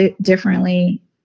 differently